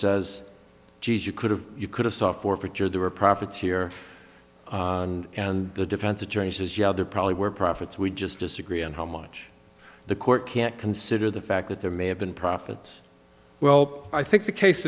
says geez you could have you could have software for sure there were profits here and the defense attorney says yeah there probably were profits we just disagree on how much the court can't consider the fact that there may have been profits well i think the case